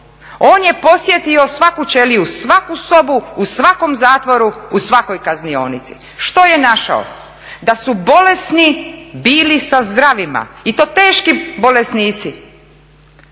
On je posjetio svaku ćeliju, svaku sobu u svakom zatvoru, u svakoj kaznionici. Što je našao? Da su bolesni bili sa zdravima i to teški bolesnici,